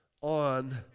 on